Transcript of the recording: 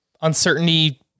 Uncertainty